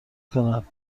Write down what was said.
کند